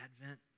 Advent